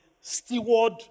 steward